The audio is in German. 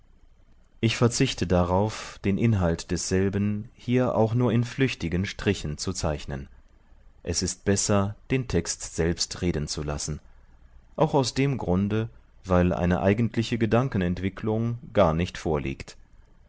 ich verzichte darauf den inhalt desselben hier auch nur in flüchtigen strichen zu zeichnen es ist besser den text selbst reden zu lassen auch aus dem grunde weil eine eigentliche gedankenentwicklung gar nicht vorliegt